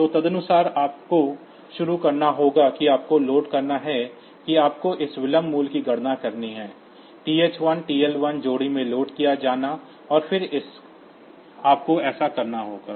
तो तदनुसार आपको शुरू करना होगा कि आपको लोड करना है कि आपको इस विलंब मूल्य की गणना करनी है TH 1 TL 1 जोड़ी में लोड किया जाना है और फिर आपको ऐसा करना होगा